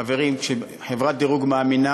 חברים, כשחברת דירוג מאמינה,